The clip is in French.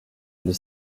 les